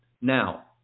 Now